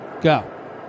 Go